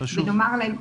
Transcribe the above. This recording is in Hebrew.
ונאמר להם,